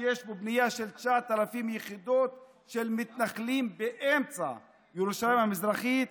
שיש בו בנייה של 9,000 יחידות של מתנחלים באמצע ירושלים המזרחית,